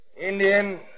Indian